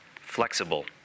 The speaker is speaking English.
flexible